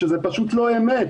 שזה פשוט לא אמת.